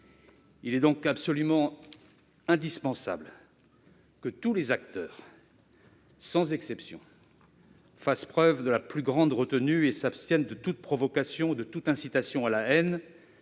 Il est donc absolument indispensable que tous les acteurs, sans exception, fassent preuve de la plus grande retenue et s'abstiennent de toute provocation et de toute incitation à la haine